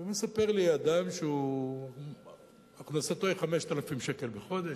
ומספר לי אדם שהכנסתו היא 5,000 שקלים בחודש,